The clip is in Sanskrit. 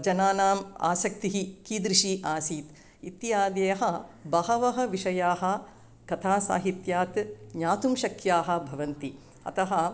जनानाम् आसक्तिः कीदृशी आसीत् इत्यादयः बहवः विषयाः कथा साहित्यात् ज्ञातुं शक्याः भवन्ति अतः